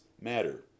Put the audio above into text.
matter